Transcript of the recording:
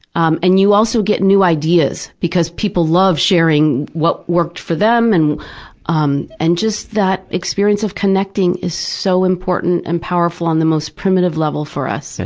um and you also get new ideas, because people love sharing what worked for them. and um and just that experience of connecting is so important and powerful on the most primitive level for us. ah